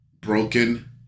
broken